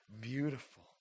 beautiful